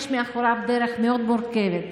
יש מאחוריו דרך מאוד מורכבת: